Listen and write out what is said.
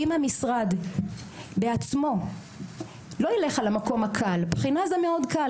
אם המשרד בעצמו לא ילך על המקום הקל בחינה זה קל מאוד,